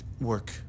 work